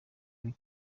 uw’i